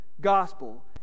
gospel